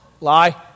lie